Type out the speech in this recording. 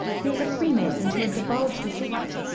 he was a freemason who had divulged the secret,